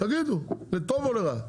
לטוב או לרע.